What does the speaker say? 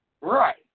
right